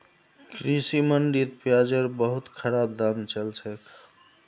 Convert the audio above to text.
कृषि मंडीत प्याजेर बहुत खराब दाम चल छेक